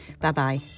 Bye-bye